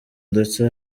ndetse